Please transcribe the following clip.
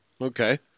Okay